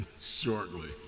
shortly